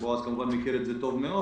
בועז כמובן מכיר את זה טוב מאוד